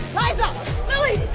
liza lilly,